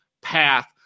path